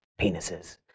penises